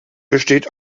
besteht